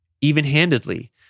even-handedly